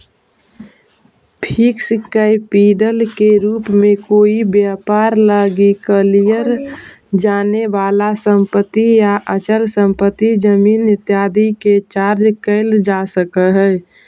fixed capital के रूप में कोई व्यापार लगी कलियर जाने वाला संपत्ति या अचल संपत्ति जमीन इत्यादि के चर्चा कैल जा सकऽ हई